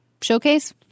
showcase